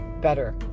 better